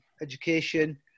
education